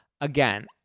again